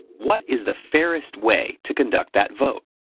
what is the fairest way to conduct that vote?